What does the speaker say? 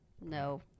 No